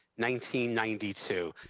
1992